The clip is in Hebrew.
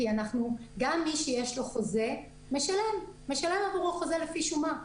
כי גם מי שיש לו חוזה משלם עבור החוזה לפי שומה.